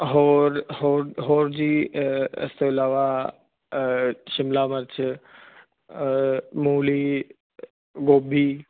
ਹੋਰ ਹੋਰ ਜੀ ਇਸ ਤੋਂ ਇਲਾਵਾ ਸ਼ਿਮਲਾ ਮਿਰਚ ਮੂਲੀ ਗੋਬੀ